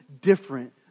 different